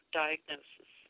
diagnosis